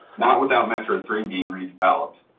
not without metro three being redeveloped.